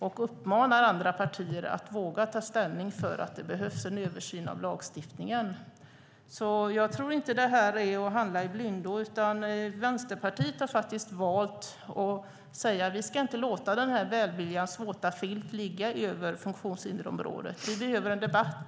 De uppmanar andra partier att våga ta ställning för att det behövs en översyn av lagstiftningen. Jag tror inte att det här är att handla i blindo. Vänsterpartiet har faktiskt valt att säga: Vi ska inte låta välviljans våta filt ligga över funktionshindersområdet. Vi behöver en debatt.